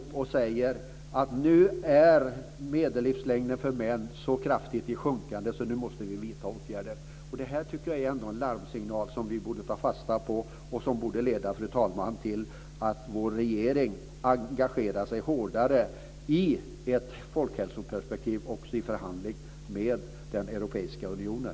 Man säger: Nu är medellivslängden för män så kraftigt sjunkande att vi måste vidta åtgärder. Det är ändå en larmsignal som vi borde ta fasta på och som borde leda till att vår regering engagerar sig hårdare i ett folkhälsoperspektiv också i förhandlingarna med den europeiska unionen.